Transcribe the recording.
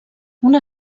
una